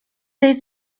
tej